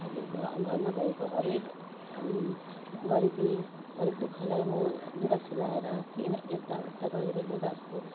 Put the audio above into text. अहिले घ घरमा भएको हरेक गरिबी गरिब दु खलाई म लुगा सिलाएर के यता उता गरेर लुगाहरूको